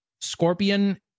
scorpion